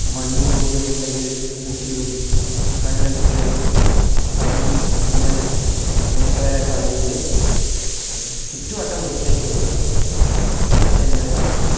മണ്ണും പൊടിയൊക്കെ ഉണ്ടെങ്കിൽ മൂക്കിലും കണ്ണിലൊക്കെ കയറി പനി തുമ്മൽ അങ്ങനെയൊക്കെ വരാൻ സാധ്യതുണ്ട് ചുറ്റുവട്ടം വൃത്തിയാക്കിവയ്ക്കുക അതൊക്കെത്തന്നെയാണു പറയാനുള്ളത്